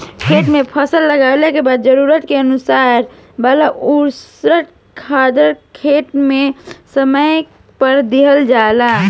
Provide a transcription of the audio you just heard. खेत में फसल के लागला के बाद जरूरत के अनुसार वाला उर्वरक खादर खेत में समय समय पर दिहल जाला